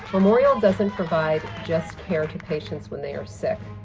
memorial doesn't provide just care to patients when they are sick,